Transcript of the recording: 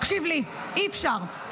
תקשיב לי, אי-אפשר.